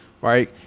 right